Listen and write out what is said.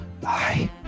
Bye